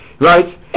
right